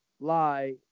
lie